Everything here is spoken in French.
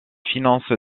finance